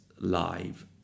live